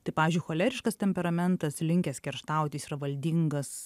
tai pavyzdžiui choleriškas temperamentas linkęs kerštaut jis yra valdingas